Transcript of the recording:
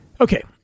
Okay